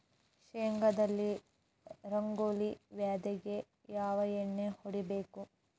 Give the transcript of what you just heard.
ಶೇಂಗಾದಲ್ಲಿ ರಂಗೋಲಿ ವ್ಯಾಧಿಗೆ ಯಾವ ಎಣ್ಣಿ ಹೊಡಿಬೇಕು?